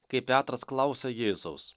kaip petras klausia jėzaus